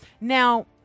Now